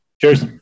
Cheers